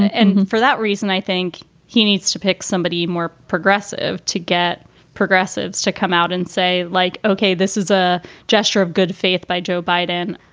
and for that reason, i think he needs to pick somebody more progressive to get progressives to come out and say, like, ok, this is a gesture of good faith by joe biden.